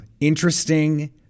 interesting